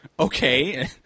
Okay